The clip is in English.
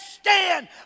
stand